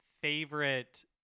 favorite